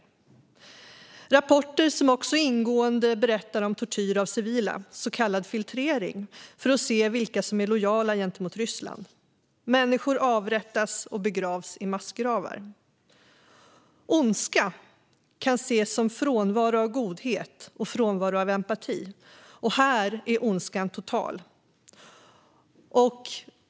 Det är rapporter som också ingående berättar om tortyr av civila, så kallad filtrering, för att se vilka som är lojala gentemot Ryssland. Människor avrättas och begravs i massgravar. Ondska kan ses som frånvaro av godhet och frånvaro av empati. Här är ondskan total.